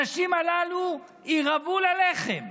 הנשים הללו ירעבו ללחם.